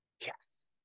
yes